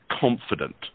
confident